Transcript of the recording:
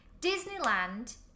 Disneyland